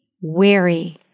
wary